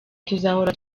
tuzahora